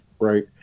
right